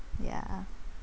ya